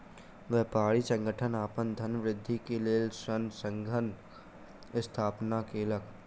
व्यापारी संगठन अपन धनवृद्धि के लेल ऋण संघक स्थापना केलक